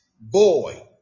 boy